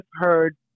heard